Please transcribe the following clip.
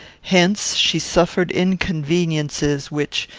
hence, she suffered inconveniences which,